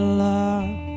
love